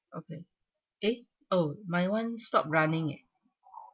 okay eh oh my one stop running eh